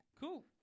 cool